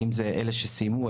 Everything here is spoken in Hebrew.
האם זה אלה שסיימו,